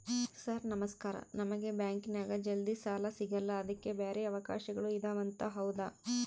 Sir ನಮಸ್ಕಾರ ನಮಗೆ ಬ್ಯಾಂಕಿನ್ಯಾಗ ಜಲ್ದಿ ಸಾಲ ಸಿಗಲ್ಲ ಅದಕ್ಕ ಬ್ಯಾರೆ ಅವಕಾಶಗಳು ಇದವಂತ ಹೌದಾ?